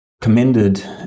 commended